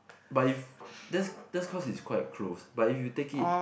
but if that's that's cause is quite close but if you take it